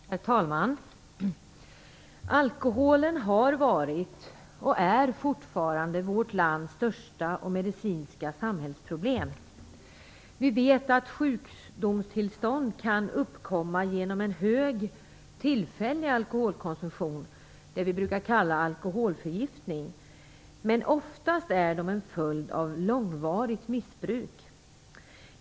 Herr talman! Alkoholen har varit och är fortfarande vårt lands största medicinska samhällsproblem. Vi vet att sjukdomstillstånd kan uppkomma genom en hög tillfällig alkoholkonsumtion, dvs. det vi brukar kalla alkoholförgiftning, men de är oftast en följd av långvarigt missbruk.